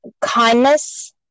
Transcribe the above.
kindness